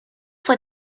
fue